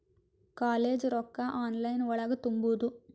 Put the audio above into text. College ರೊಕ್ಕ online ಒಳಗ ತುಂಬುದು?